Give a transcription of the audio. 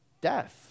death